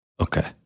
Okay